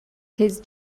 his